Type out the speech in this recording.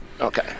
Okay